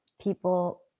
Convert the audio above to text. People